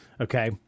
Okay